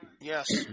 Yes